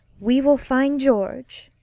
we will find george!